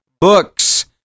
Books